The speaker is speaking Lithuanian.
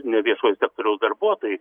ne viešojo sektoriaus darbuotojai